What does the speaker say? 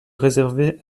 réservait